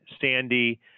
Sandy